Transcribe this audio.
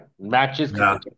Matches